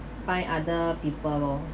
by other people loh